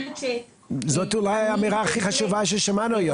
--- זאת אולי אמירה הכי חשובה ששמענו היום.